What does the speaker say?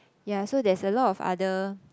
yeah so there's a lot of other